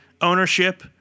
ownership